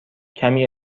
کمی